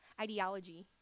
ideology